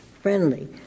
friendly